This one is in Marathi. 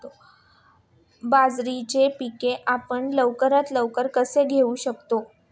बाजरीचे पीक आपण लवकरात लवकर कसे घेऊ शकतो?